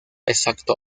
exacto